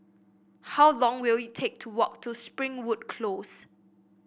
how long will it take to walk to Springwood Close